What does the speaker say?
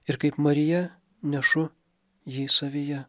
ir kaip marija nešu jį savyje